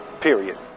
Period